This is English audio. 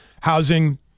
Housing